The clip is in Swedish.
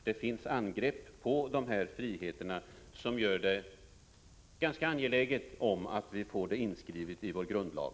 Det görs angrepp på de här friheterna som gör det ganska angeläget att få ett sådant skydd inskrivet i vår grundlag.